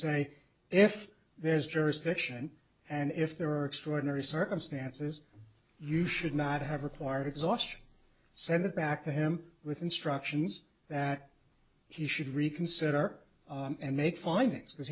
say if there's jurisdiction and if there are extraordinary circumstances you should not have required exhaustion send it back to him with instructions that he should reconsider and make findings because